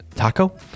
taco